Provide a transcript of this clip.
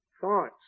thoughts